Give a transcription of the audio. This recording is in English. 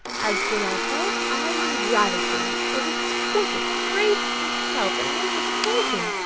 as for myself, i was ravishing, was exquisite, grace itself, and i was a virgin!